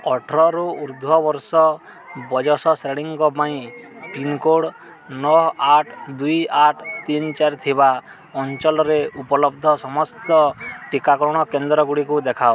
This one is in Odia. ଅଠରରୁ ଉର୍ଦ୍ଧ ବର୍ଷ ବୟସ ଶ୍ରେଣୀଙ୍କ ପାଇଁ ପିନ୍କୋଡ଼୍ ନଅ ଆଠ ଦୁଇ ଆଠ ତିନି ଚାରି ଥିବା ଅଞ୍ଚଲରେ ଉପଲବ୍ଧ ସମସ୍ତ ଟିକାକରଣ କେନ୍ଦ୍ରଗୁଡ଼ିକୁ ଦେଖାଅ